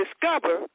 discover